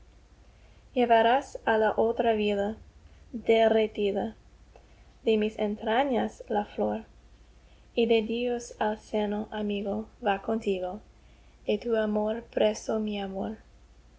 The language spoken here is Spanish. llevarás á la otra vida derretida de mis entrañas la flor y de dios al seno amigo va contigo de tu amor preso mi amor